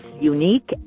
unique